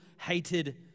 hated